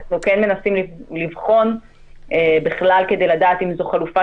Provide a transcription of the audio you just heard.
אנחנו כן מנסים לבחון בכלל כדי לדעת אם זו חלופה